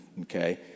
Okay